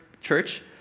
church